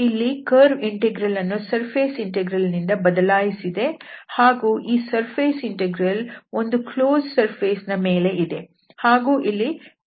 ಇಲ್ಲಿ curve integral ಅನ್ನು surface integral ನಿಂದ ಬದಲಿಸಲಾಗಿದೆ ಈ ಸರ್ಫೇಸ್ ಇಂಟೆಗ್ರಲ್ ಒಂದು ಕ್ಲೋಸ್ಡ್ ಸರ್ಫೇಸ್ ನ ಮೇಲೆ ಇದೆ ಹಾಗೂ ಇಲ್ಲಿ F⋅ndσ ಇದೆ